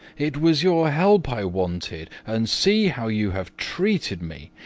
it was your help i wanted, and see how you have treated me!